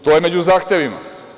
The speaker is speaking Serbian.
To je među zahtevima.